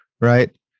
right